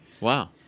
Wow